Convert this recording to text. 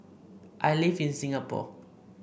I live in Singapore